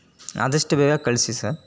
ಆದಷ್ಟು ಬೇಗ ಕಳಿಸಿ ಸರ್